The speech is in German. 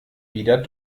wieder